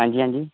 हां जी हां जी